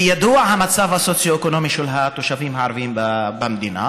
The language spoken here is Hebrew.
וידוע המצב הסוציו-אקונומי של התושבים הערבים במדינה.